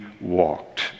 walked